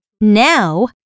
Now